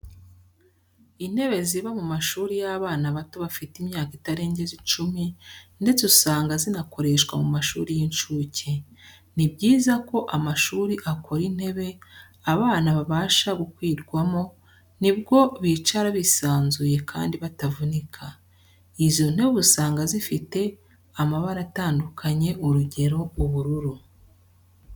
Intebe ziba mu mashuri y'abana bato bafite imyaka itarengeje icumi, ndetse usanga zinakoreshwa mu mashuri y'incuke. Ni byiza ko amashuri akora intebe abana babasha gukwirwamo, ni bwo bicara bisanzuye kandi batavunika. Izo ntebe usanga ziba zifite amabara atandukanye urugero, ubururu.